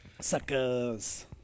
Suckers